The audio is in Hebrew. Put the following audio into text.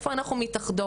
איפה אנחנו מתאחדות,